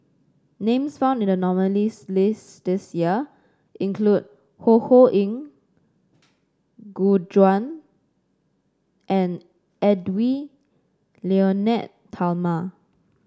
names found in the nominees' list this year include Ho Ho Ying Gu Juan and Edwy Lyonet Talma